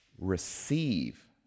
receive